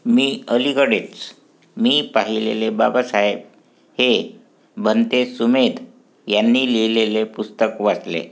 मी अलीकडेच मी पाहिलेले बाबासाहेब हे भन्ते सुमेद यांनी लिहिलेले पुस्तक वाचले